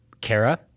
Kara